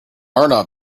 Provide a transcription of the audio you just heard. arnav